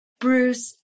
Bruce